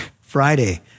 Friday